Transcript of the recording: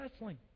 wrestling